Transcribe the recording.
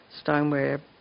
stoneware